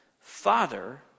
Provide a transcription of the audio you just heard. Father